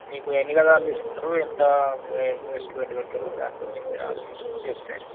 మీకు ఎన్ని గజాలు తీసుకుంటారు ఎంత ఇన్వెస్టిమెంట్ పెడతారు దాని గురించి మీరు ఆలోచించుకుని చెప్తే